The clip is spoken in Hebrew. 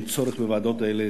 אין צורך בוועדות האלה.